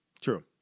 True